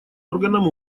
органом